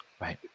Right